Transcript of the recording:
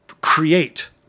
create